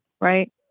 right